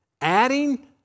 adding